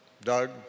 Doug